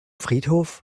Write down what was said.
friedhof